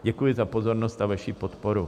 Děkuji za pozornost a vaši podporu.